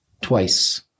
twice